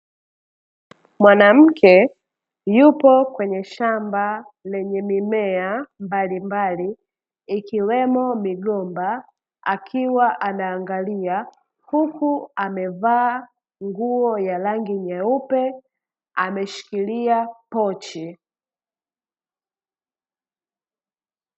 Mwanamke yupo kwenye shamba lenye mimea mbalimbali, ikiwemo migomba akiwa anaangalia huku amevaa nguo ya rangi nyeupe ameshikilia pochi.